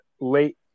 late